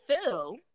Phil